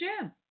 gym